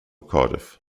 cardiff